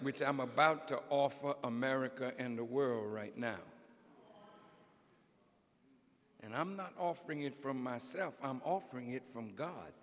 which i'm about to offer america and the world right now and i'm offering it from myself i'm offering it from god